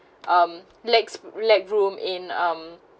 um legs leg room in um